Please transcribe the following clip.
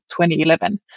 2011